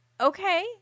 okay